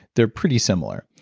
they're pretty similar.